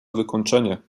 wykończenie